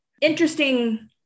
interesting